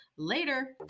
Later